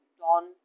don